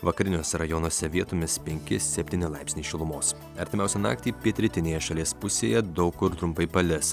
vakariniuose rajonuose vietomis penki septyni laipsniai šilumos artimiausią naktį pietrytinėje šalies pusėje daug kur trumpai palis